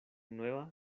nueva